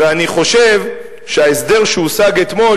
ואני חושב שההסדר שהושג אתמול,